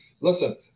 Listen